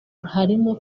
harimo